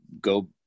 go